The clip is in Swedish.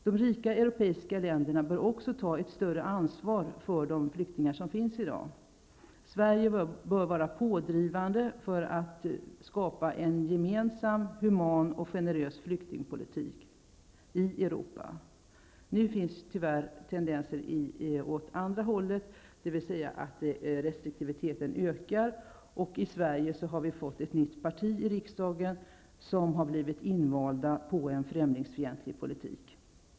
De rika europeiska länderna bör också ta ett större ansvar för de flyktingar som finns i dag. Sverige bör vara pådrivande när det gäller att skapa en gemensam human och generös flyktingpolitik i Europa. Nu finns det, tyvärr, tendenser åt det andra hållet, dvs. till en ökad restriktivitet. Vi i Sverige har ju fått ett nytt parti i riksdagen som har blivit invalt på en främlingsfientlig politik.